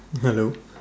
hello